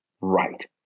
right